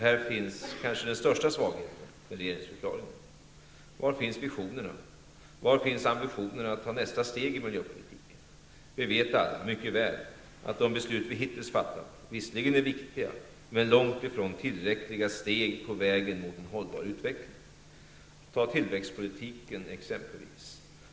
Här finns kanske den största svagheten i regeringsförklaringen. Var finns visionerna? Var finns ambitionerna att ta nästa steg i miljöpolitiken? Vi vet alla mycket väl att de beslut vi hittills har fattat visserligen är viktiga men långt ifrån tillräckliga steg på vägen mot en hållbar utveckling. Ta t.ex. tillväxtpolitiken.